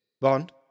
Bond